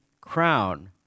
crown